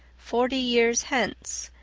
forty years hence,